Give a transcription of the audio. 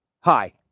Hi